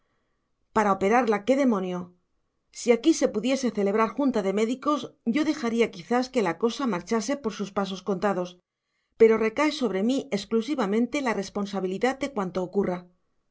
para operarla qué demonio si aquí se pudiese celebrar junta de médicos yo dejaría quizás que la cosa marchase por sus pasos contados pero recae sobre mí exclusivamente la responsabilidad de cuanto ocurra